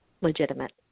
legitimate